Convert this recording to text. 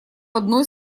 одной